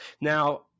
Now